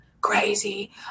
crazy